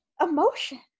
emotion